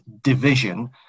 division